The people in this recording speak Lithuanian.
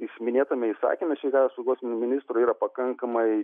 jis minėtame įsakyme sveikatos apsaugos ministro yra pakankamai